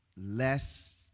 less